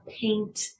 paint